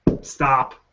stop